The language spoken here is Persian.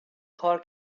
کار